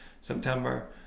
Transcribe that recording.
September